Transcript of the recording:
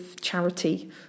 charity